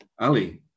Ali